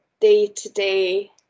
day-to-day